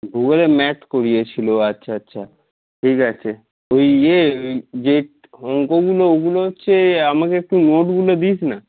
ভূগোলে ম্যাপ করিয়েছিলো আচ্ছা আচ্ছা ঠিক আছে ওই ইয়ে ওই যে অঙ্কগুলো ওগুলো হচ্ছে আমাকে একটু নোটগুলো দিস না